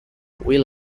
will